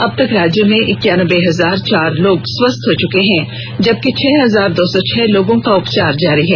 अबतक राज्य में इक्यानबे हजार चार लोग स्वस्थ हो चुके हैं जबकि छह हजार दो सौ छह लोगों का उपचार जारी है